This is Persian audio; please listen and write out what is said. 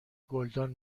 گلدان